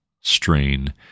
strain